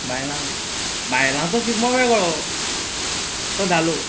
बायलांक ना बायलांचो शिगमो वेगळो तो धालो